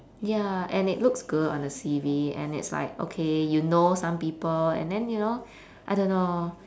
ya and it looks good on the C_V and it's like okay you know some people and then you know I don't know